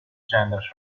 genders